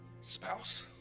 spouse